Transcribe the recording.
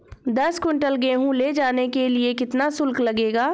दस कुंटल गेहूँ ले जाने के लिए कितना शुल्क लगेगा?